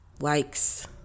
likes